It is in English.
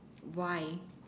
why